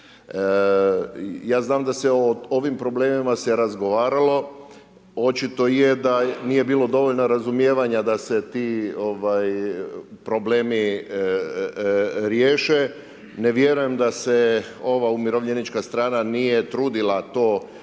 Ja znam da se o ovim problemima razgovaralo, očito je da nije bilo dovoljno razumijevanja da se ti problemi riješe, ne vjerujem da se ova umirovljenička strana nije trudilo to